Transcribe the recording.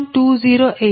2916 0